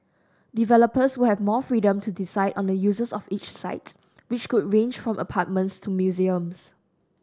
developers will have more freedom to decide on the uses of each site which could range from apartments to museums